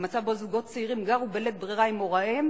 למצב שבו זוגות צעירים גרו בלית ברירה עם הוריהם